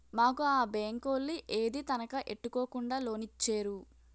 మాకు ఆ బేంకోలు ఏదీ తనఖా ఎట్టుకోకుండా లోనిచ్చేరు